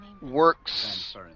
works